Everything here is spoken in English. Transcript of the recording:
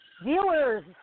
viewers